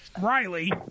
Riley